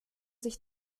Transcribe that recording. sich